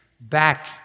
back